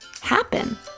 happen